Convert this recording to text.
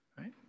Right